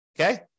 Okay